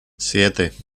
siete